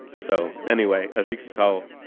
so anyway, as you can tell,